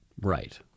Right